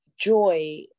joy